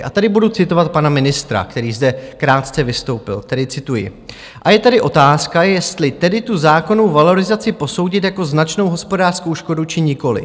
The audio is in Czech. A tady budu citovat pana ministra, který zde krátce vystoupil, tedy cituji: A je tady otázka, jestli tedy tu zákonnou valorizaci posoudit jako značnou hospodářskou škodu, či nikoliv.